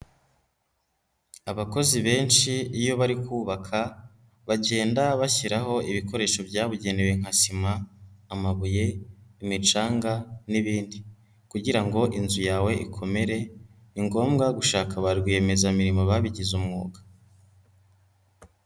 Abakozi benshi iyo bari kubaka, bagenda bashyiraho ibikoresho byabugenewe nka sima, amabuye, imicanga n'ibindi kugira ngo inzu yawe ikomere, ni ngombwa gushaka ba rwiyemezamirimo babigize umwuga.